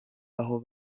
aho